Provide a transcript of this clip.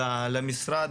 למשרד,